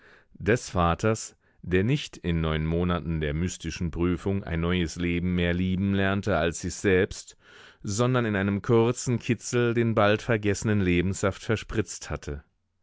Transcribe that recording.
des vaters der nicht in neun monaten der mystischen prüfung ein neues leben mehr lieben lernte als sich selbst sondern in einem kurzen kitzel den bald vergessenen lebenssaft verspritzt hatte